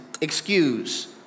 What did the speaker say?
excuse